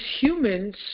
humans